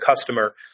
customer